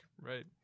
right